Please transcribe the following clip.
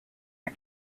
and